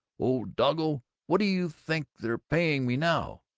old doggo, what do you think they're paying me now?